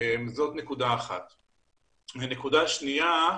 נקודה שנייה.